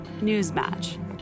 Newsmatch